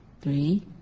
three